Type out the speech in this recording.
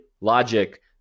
Logic